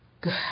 good